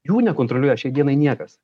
jų nekontroliuoja šiai dienai niekas